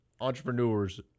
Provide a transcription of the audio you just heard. entrepreneurs